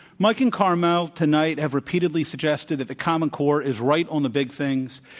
mike and carmel tonight have repeatedly suggested that the common core is right on the big things,